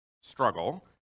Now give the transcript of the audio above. struggle